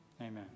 Amen